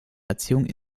erziehung